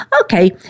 Okay